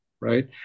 Right